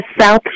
South